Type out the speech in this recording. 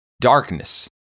darkness